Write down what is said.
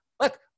Look